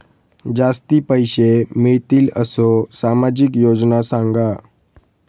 जास्ती पैशे मिळतील असो सामाजिक योजना सांगा?